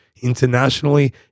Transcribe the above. Internationally